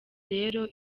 rero